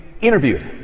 interviewed